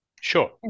Sure